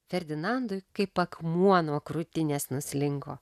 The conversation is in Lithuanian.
ferdinandui kaip akmuo nuo krūtinės nuslinko